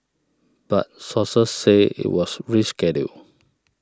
but sources said it was rescheduled